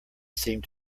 seemed